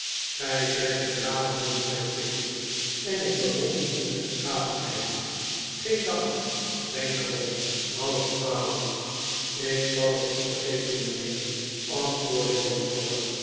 gij zijt een braaf man zei pickwick en ik be wonder uw rechtschapenheid geen dank denk er om half twaalf ik zal het niet verge ten mijnheer antwoordde job trotter